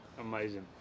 Amazing